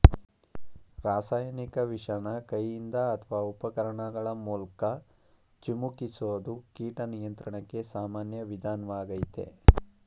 ರಾಸಾಯನಿಕ ವಿಷನ ಕೈಯಿಂದ ಅತ್ವ ಉಪಕರಣಗಳ ಮೂಲ್ಕ ಚಿಮುಕಿಸೋದು ಕೀಟ ನಿಯಂತ್ರಣಕ್ಕೆ ಸಾಮಾನ್ಯ ವಿಧಾನ್ವಾಗಯ್ತೆ